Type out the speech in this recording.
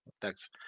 Thanks